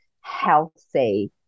healthy